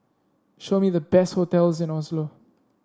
show me the best hotels in Oslo